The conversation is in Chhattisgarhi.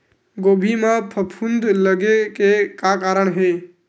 गोभी म फफूंद लगे के का कारण हे?